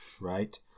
right